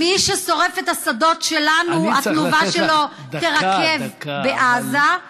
מי ששורף את השדות שלנו, התנובה שלו תירקב בעזה.